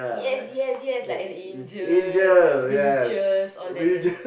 yes yes yes like an angel religious all that yes